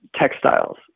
textiles